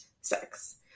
sex